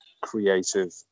creative